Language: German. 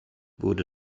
wurde